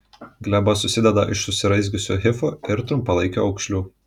gleba susideda iš susiraizgiusių hifų ir trumpalaikių aukšlių